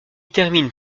termine